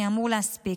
אני אמור להספיק.